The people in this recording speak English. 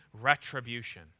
retribution